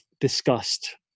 discussed